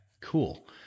cool